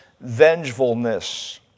Vengefulness